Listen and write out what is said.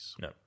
No